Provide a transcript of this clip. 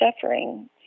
suffering